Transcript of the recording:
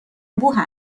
انبوه